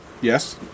Yes